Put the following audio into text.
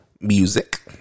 Music